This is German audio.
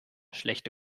schlechte